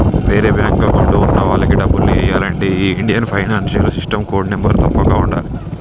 వేరే bank account ఉన్న వాళ్లకి డబ్బుల్ని ఎయ్యాలంటే ఈ Indian financial system code number తప్పక ఉండాలే